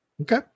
Okay